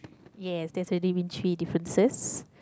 ya that's only been three differences